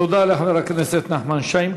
תודה לחבר הכנסת נחמן שי.